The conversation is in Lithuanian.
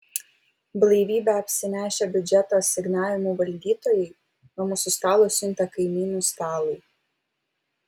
blaivybe apsinešę biudžeto asignavimų valdytojai nuo mūsų stalo siuntė kaimynų stalui